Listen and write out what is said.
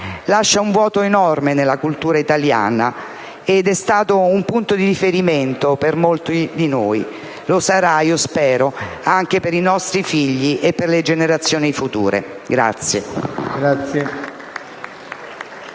Lascia un vuoto enorme nella cultura italiana poiché è stata un punto di riferimento per molti di noi. Lo sarà - io spero - anche per i nostri figli e per le generazioni future.